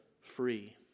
free